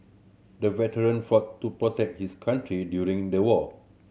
the veteran fought to protect his country during the war